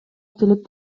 келип